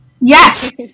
Yes